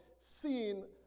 seeing